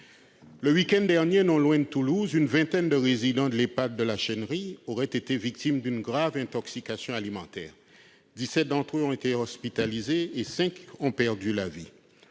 Le week-end dernier, non loin de Toulouse, une vingtaine de résidents de l'Ehpad La Chêneraie auraient été victimes d'une grave intoxication alimentaire : 17 d'entre eux ont été hospitalisés, et 5 ont perdu la vie.